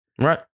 Right